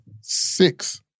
six